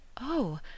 Oh